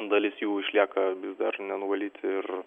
dalis jų išlieka vis dar nenuvalyti ir